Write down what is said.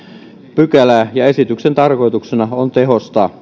pykälää ja esityksen tarkoituksena on tehostaa